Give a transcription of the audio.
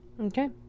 Okay